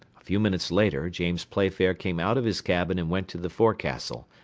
a few minutes later james playfair came out of his cabin and went to the forecastle,